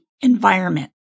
environment